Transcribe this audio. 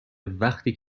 وقتی